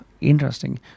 Interesting